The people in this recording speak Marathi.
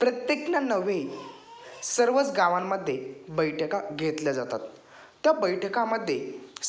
प्रत्येकना नव्हे सर्वच गावांमध्ये बैठका घेतल्या जातात त्या बैठकामध्ये